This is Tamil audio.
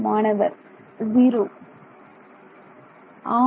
மாணவர் ஜீரோ ஆம்